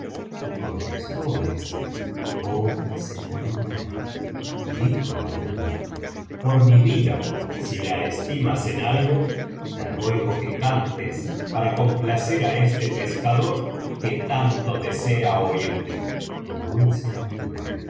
y contestó ésta oh mi señor y dijo alí nur por mi vida si la estimas en algo te ruego que cantes para complacer á este pescador que tanto desea oírte y dulce amiga al